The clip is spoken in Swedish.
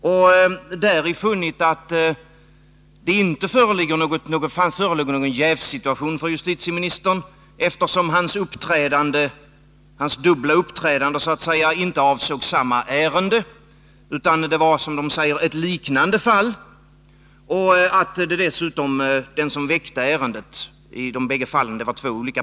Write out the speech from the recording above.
Av denna framgår att han funnit att det inte förelåg någon jävssituation för justitieministern, eftersom hans så att säga dubbla uppträdande inte avsåg samma ärende. Det var, som det sägs, fråga om ett ”liknande” fall och två olika personer som i de båda fallen väckte ärendet.